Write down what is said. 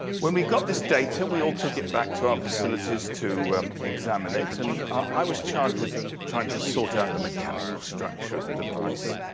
when we got this data, we all took it back to our facilities to examine it. and i was charged with trying to sort out the mechanical structure of the device.